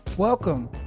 Welcome